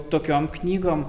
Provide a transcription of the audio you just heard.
tokiom knygom